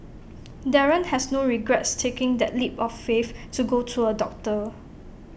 Darren has no regrets taking that leap of faith to go to A doctor